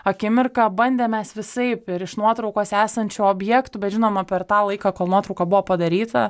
akimirka bandėm mes visaip ir iš nuotraukos esančių objektų bet žinoma per tą laiką kol nuotrauka buvo padaryta